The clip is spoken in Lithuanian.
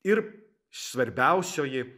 ir svarbiausioji